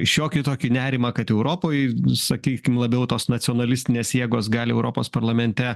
šiokį tokį nerimą kad europoj sakykim labiau tos nacionalistinės jėgos gali europos parlamente